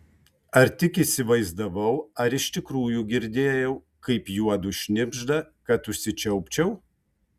ar tik įsivaizdavau ar iš tikrųjų girdėjau kaip juodu šnibžda kad užsičiaupčiau